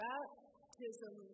Baptism